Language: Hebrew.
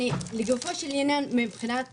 לגופו של עניין לנושא "כייאן":